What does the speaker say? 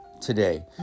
today